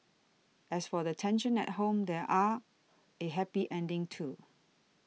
as for the tension at home there was a happy ending too